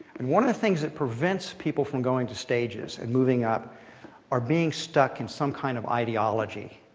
and one of the things that prevents people from going to stages and moving up are being stuck in some kind of ideology.